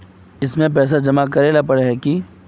इसमें पैसा जमा करेला पर है की?